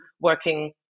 working